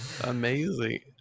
Amazing